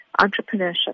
entrepreneurship